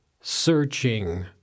searching